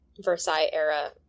Versailles-era